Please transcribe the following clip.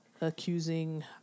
accusing